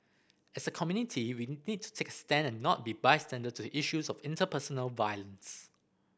as a community we need to take a stand and not be bystander to issues of interpersonal violence